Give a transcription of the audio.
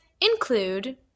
include